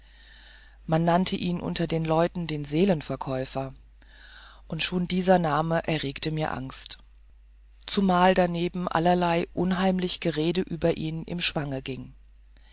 man nannte ihn unter den leuten den seelenverkäufer und schon dieser name erregte mir angst zumal daneben allerlei unheimlich gerede über ihn im schwange ging